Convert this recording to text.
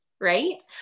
right